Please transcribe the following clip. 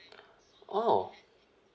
oh